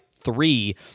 three